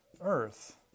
earth